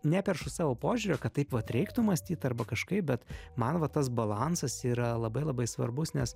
neperšu savo požiūrio kad taip vat reiktų mąstyt arba kažkaip bet man va tas balansas yra labai labai svarbus nes